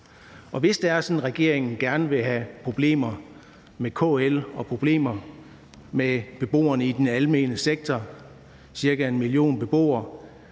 Hvis regeringen gerne vil have problemer med KL og med beboerne i den almene sektor, ca. 1 million beboere,